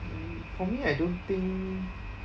mm for me I don't think